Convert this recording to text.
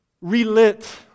relit